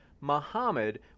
Muhammad